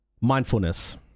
mindfulness